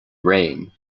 rain